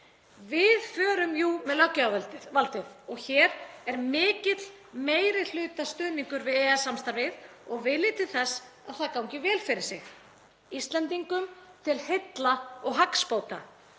Við förum jú með löggjafarvaldið og hér er mikill meirihlutastuðningur við EES samstarfið og vilji til þess að það gangi vel fyrir sig, Íslendingum til heilla og hagsbóta.